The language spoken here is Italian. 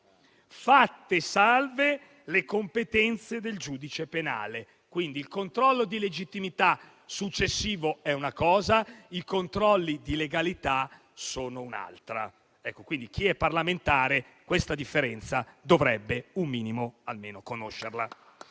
fatte salve le competenze del giudice penale. Quindi il controllo di legittimità successivo è una cosa, i controlli di legalità sono un'altra. Chi è parlamentare questa differenza dovrebbe un minimo conoscerla;